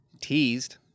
teased